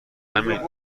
همین